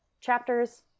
chapters